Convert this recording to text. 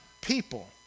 people